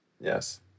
Yes